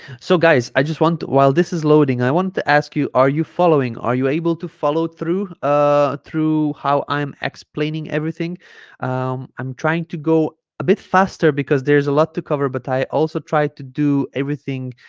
so guys i just want while this is loading i wanted to ask you are you following are you able to follow through ah through how i'm explaining everything um i'm trying to go a bit faster because there's a lot to cover but i also try to do everything